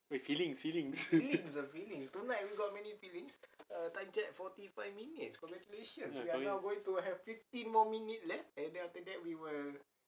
eh feelings feelings